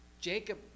Jacob